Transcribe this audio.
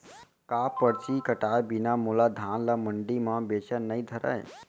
का परची कटाय बिना मोला धान ल मंडी म बेचन नई धरय?